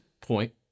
point